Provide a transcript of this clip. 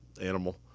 animal